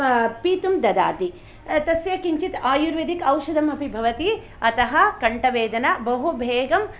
पातुं ददाति तस्य किञ्चित् आयुर्वेद औषधमपि भवति अतः कण्ठवेदना बहू वेगं